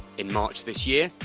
in march this year,